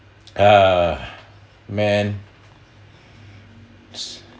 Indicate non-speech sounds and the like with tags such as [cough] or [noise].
ah man [noise]